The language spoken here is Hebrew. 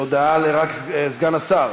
הודעה לסגן השר.